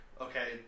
okay